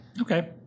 Okay